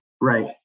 Right